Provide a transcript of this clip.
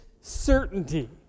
certainty